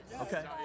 Okay